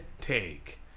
take